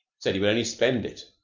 said he would only spend it,